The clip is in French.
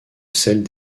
celles